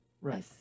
Right